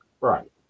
Right